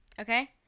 okay